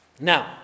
Now